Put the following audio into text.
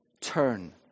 turn